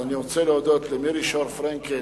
אני רוצה להודות למירי פרנקל-שור,